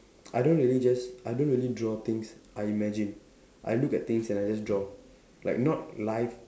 I don't really just I don't really draw things I imagine I look at things and then I just draw like not live